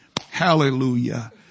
Hallelujah